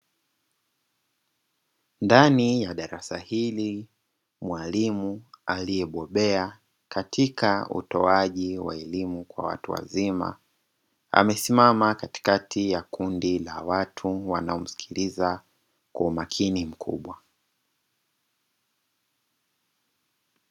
Ndani ya darasa hili mwalimu aliyebobea katika utoaji wa elimu kwa watu wazima, amesimama katikati ya kundi la watu wanaomsikiliza kwa umakini mkubwa.